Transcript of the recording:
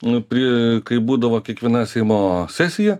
kai būdavo kiekviena seimo sesija